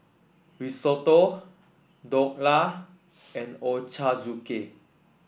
Risotto Dhokla and Ochazuke